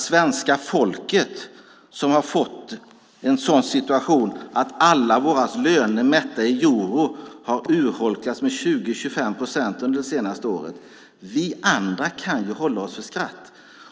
Svenska folket, som är i en situation där allas våra löner mätta i euro under det senaste året urholkats med 20-25 procent, kan hålla sig för skratt.